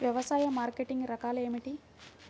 వ్యవసాయ మార్కెటింగ్ రకాలు ఏమిటి?